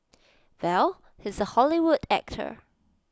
well he's A Hollywood actor